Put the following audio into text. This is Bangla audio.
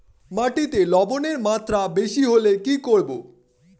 মাটিতে লবণের মাত্রা বেশি হলে কি করব?